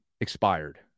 expired